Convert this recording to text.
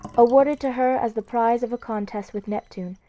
awarded to her as the prize of a contest with neptune,